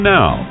Now